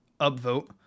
upvote